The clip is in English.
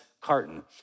carton